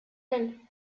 del